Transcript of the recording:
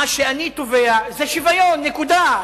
מה שאני תובע זה שוויון, נקודה.